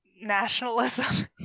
nationalism